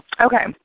Okay